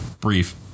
brief